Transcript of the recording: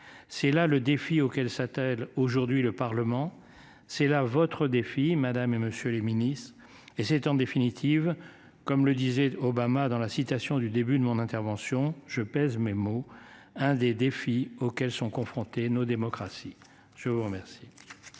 C'est là le défi auquel s'attèle aujourd'hui le Parlement c'est la votre défi madame et monsieur les ministres, et c'est en définitive comme le disait Obama dans la citation du début de mon intervention, je pèse mes mots. Un des défis auxquels sont confrontées nos démocraties. Je vous remercie.